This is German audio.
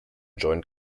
joint